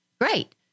Great